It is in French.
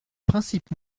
principes